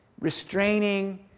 restraining